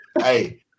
Hey